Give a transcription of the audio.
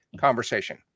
conversation